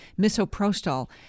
Misoprostol